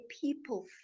people